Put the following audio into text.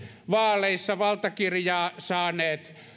vaaleissa valtakirjan saaneet